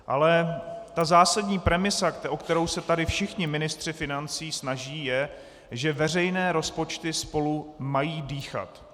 Ale ta zásadní premisa, o kterou se tady všichni ministři financí snaží, je, že veřejné rozpočty spolu mají dýchat.